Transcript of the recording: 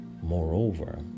Moreover